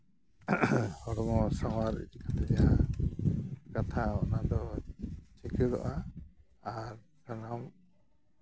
ᱦᱚᱲᱢᱚ ᱥᱟᱶᱟᱨ ᱤᱫᱚ ᱠᱟᱛᱮ ᱡᱟᱦᱟᱸ ᱠᱟᱛᱷᱟ ᱚᱱᱟ ᱫᱚ ᱪᱤᱠᱟᱹᱲᱚᱜᱼᱟ ᱟᱨ ᱥᱟᱱᱟᱢ